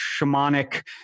shamanic